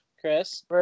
Chris